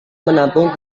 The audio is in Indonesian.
menampung